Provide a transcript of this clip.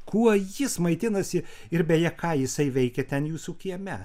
kuo jis maitinasi ir beje ką jisai veikia ten jūsų kieme